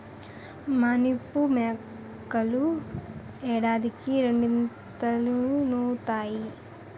మానిపు మేకలు ఏడాదికి రెండీతలీనుతాయి